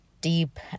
deep